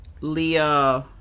Leah